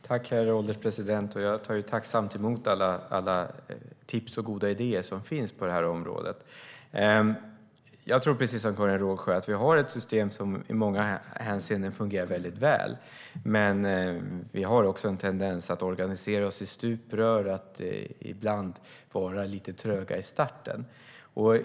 Herr ålderspresident! Jag tar tacksamt emot alla tips och goda idéer som finns på det här området. Jag tror precis som Karin Rågsjö att vi har ett system som i många hänseende fungerar väldigt väl. Men vi har också en tendens att organisera oss i stuprör och ibland vara lite tröga i starten.